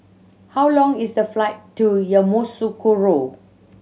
how long is the flight to Yamoussoukro